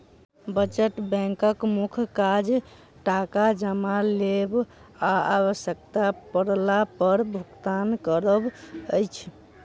बचत बैंकक मुख्य काज टाका जमा लेब आ आवश्यता पड़ला पर भुगतान करब अछि